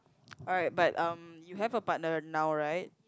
alright but um you have a partner now right